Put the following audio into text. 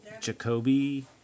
Jacoby